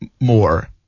more